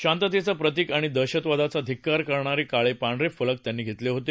शांततेचं प्रतिक आणि दहशतवादाचा धिक्कार करणारे काळेपांढरे फलक त्यांनी घेतले होते